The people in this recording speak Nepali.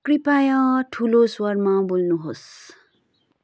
कृपया ठुलो स्वरमा बोल्नुहोस्